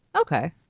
Okay